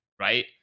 right